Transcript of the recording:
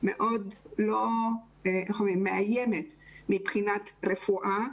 מאוד לא מאיימת מבחינת רפואה